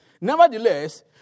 Nevertheless